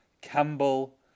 Campbell